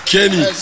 Kenny